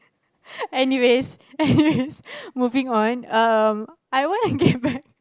anyways anyways moving on um I want to get back